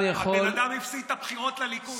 הבן אדם הפסיד את הבחירות לליכוד.